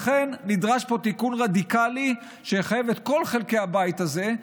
לכן נדרש פה תיקון רדיקלי שיחייב את כל חלקי הבית הזה,